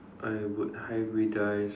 I would hybridize